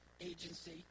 agency